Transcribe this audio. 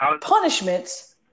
punishments